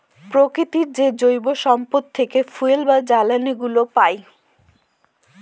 প্রকৃতির যে জৈব সম্পদ থেকে ফুয়েল বা জ্বালানিগুলো পাই